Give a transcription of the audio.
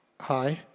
hi